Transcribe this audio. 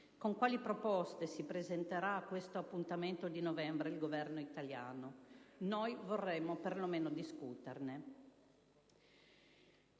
Con quali proposte si presenterà a questo appuntamento di novembre il Governo italiano? Noi vorremmo perlomeno discuterne.